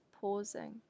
pausing